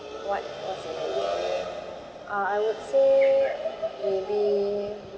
what what's the language uh I would say maybe